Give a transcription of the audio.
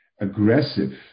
aggressive